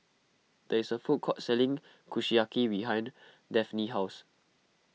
there is a food court selling Kushiyaki behind Daphne's house